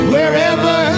Wherever